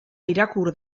irakur